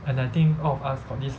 and I think all of us got this like